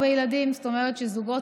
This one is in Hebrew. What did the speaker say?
אדוני היושב-ראש, השרים,